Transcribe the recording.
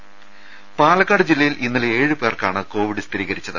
രദേ പാലക്കാട് ജില്ലയിൽ ഇന്നലെ ഏഴുപേർക്കാണ് കോവിഡ് സ്ഥിരീകരിച്ചത്